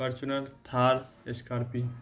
Fortuner Thar scorpio